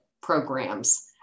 programs